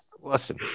listen